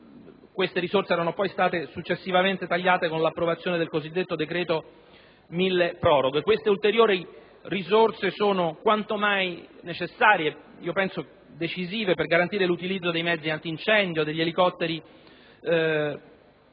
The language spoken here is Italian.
queste furono successivamente tagliate con l'approvazione del cosiddetto decreto mille proroghe. Ulteriori risorse sono quanto mai necessarie e, a mio avviso, decisive per garantire l'utilizzo dei mezzi antincendio, degli elicotteri